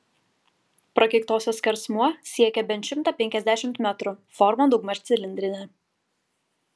prakeiktosios skersmuo siekia bent šimtą penkiasdešimt metrų forma daugmaž cilindrinė